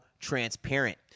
transparent